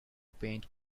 paint